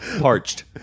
Parched